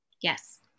Yes